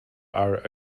our